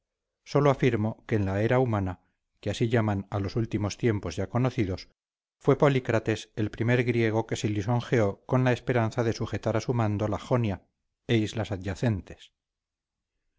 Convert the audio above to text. sólo afirmo que en la era humana que así llaman a los últimos tiempos ya conocidos fue polícrates el primer griego que se lisonjeó con la esperanza de sujetar a su mando la jonia e islas adyacentes